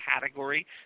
category